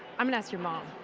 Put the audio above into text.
i'm gonna ask your mom.